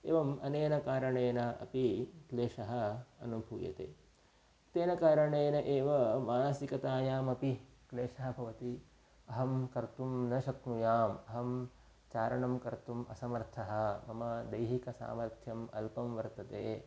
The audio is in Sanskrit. एवम् अनेन कारणेन अपि क्लेशः अनुभूयते तेन कारणेन एव मानसिकतायामपि क्लेशः भवति अहं कर्तुं न शक्नुयाम् अहं चारणं कर्तुम् असमर्थः मम दैहिकसामर्थ्यम् अल्पं वर्तते